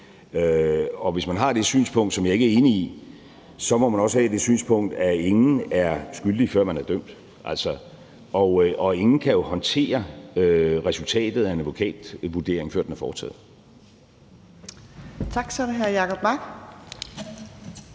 Og hvis man har det synspunkt – som jeg ikke er enig i – så må man også have det synspunkt, at ingen er skyldig, før de er dømt. Og ingen kan jo håndtere resultatet af en advokatvurdering, før den er foretaget.